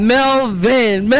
Melvin